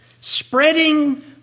spreading